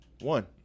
One